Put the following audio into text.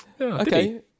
Okay